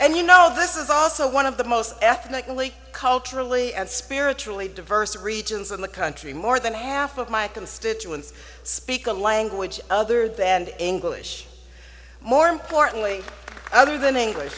and you know this is also one of the most ethnically culturally and spiritually diverse regions in the country more than half of my constituents speak a language other than english more importantly other than english